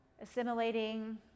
assimilating